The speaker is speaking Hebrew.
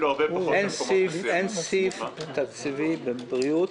אין סעיף תקציבי בבריאות,